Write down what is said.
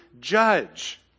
judge